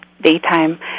Daytime